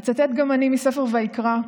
אצטט גם אני מספר ויקרא,